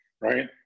right